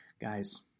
Guys